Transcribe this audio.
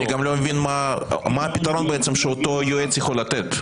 אני גם לא מבין מה הפתרון בעצם שאותו יועץ יכול לתת?